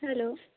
hello